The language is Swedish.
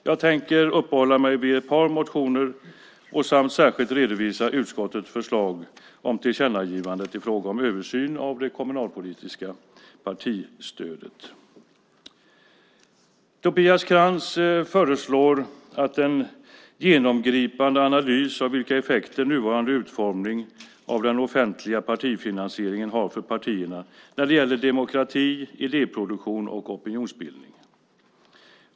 Jag tänker uppehålla mig vid ett par motioner och särskilt redovisa utskottets förslag om tillkännagivande i fråga om översyn av det kommunalpolitiska partistödet. Tobias Krantz föreslår en genomgripande analys av vilka effekter nuvarande utformning av den offentliga partifinansieringen har för partierna när det gäller demokrati, idéproduktion och opinionsbildning.